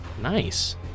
Nice